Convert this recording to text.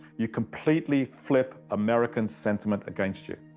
you completely flip american sentiment against you.